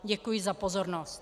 Děkuji za pozornost.